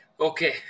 Okay